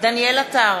דניאל עטר,